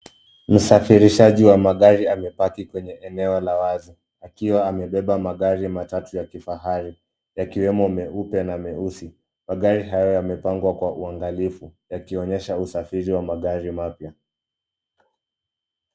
Msafirishaji wa magari amepaki kwenye eneo la wazi akiwa amebeba magari matatu ya kifahari yakiwemo meupe na meusi. Magari haya yamepangwa kwa uangalifu yakionyesha usafiri wa magari mapya